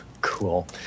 Cool